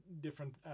different